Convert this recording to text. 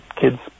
kids